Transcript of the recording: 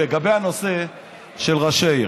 לגבי הנושא של ראשי עיר,